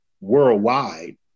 worldwide